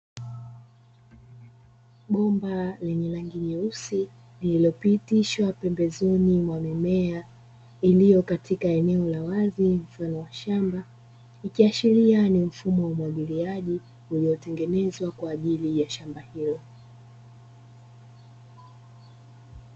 Bomba lenye rangi nyeusi lililopitishwa pembezoni mwa mimea iliyo katika eneo la wazi mfano wa shamba, ikiashiria ni mfumo wa umwagiliaji uliotengenezwa kwa ajili ya shamba hilo.